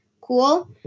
cool